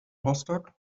rostock